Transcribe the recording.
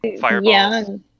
fireballs